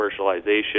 commercialization